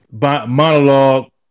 monologue